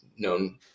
known